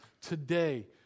Today